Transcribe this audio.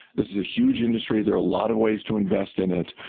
this is a huge industry, there are a lot of ways to invest in it,